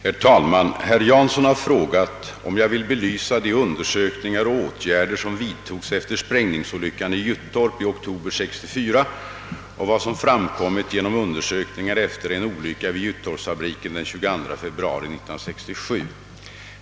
Herr talman! Herr Jansson har frågat, om jag vill belysa de undersökningar och åtgärder som vidtogs efter sprängningsolyckan i Gyttorp i oktober 1964 och vad som framkommit genom undersökningar efter en olycka vid Gyttorps fabriken den 22 februari 1967.